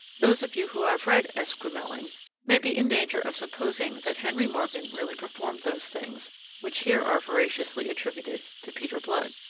those of you who have read esquemeling may be in danger of supposing that henry morgan really performed those things which here are veraciously attributed to peter blood.